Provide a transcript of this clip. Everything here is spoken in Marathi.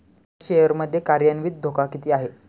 या शेअर मध्ये कार्यान्वित धोका किती आहे?